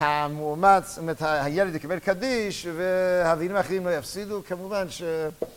המואמץ, האמת, הילד יקבל קדיש והבנים האחרים לא יפסידו כמובן ש...